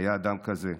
היה אדם כזה.